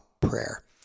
prayer